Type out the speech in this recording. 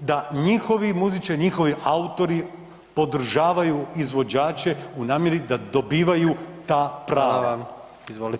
da njihovi muzičari, njihovi autori podržavaju izvođače u namjeri da dobivaju ta prava o tome se radi.